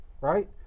right